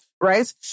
right